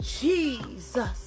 Jesus